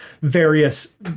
various